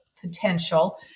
potential